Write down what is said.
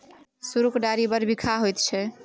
सरुक डारि बड़ बिखाह होइत छै